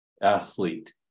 Athlete